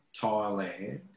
Thailand